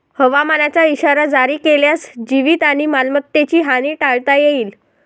हवामानाचा इशारा जारी केल्यास जीवित आणि मालमत्तेची हानी टाळता येईल